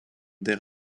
der